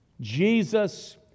Jesus